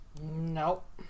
Nope